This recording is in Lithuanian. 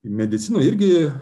medicinoj irgi